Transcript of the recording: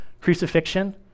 crucifixion